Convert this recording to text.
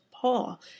Paul